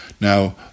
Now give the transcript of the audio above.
now